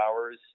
hours